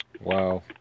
Wow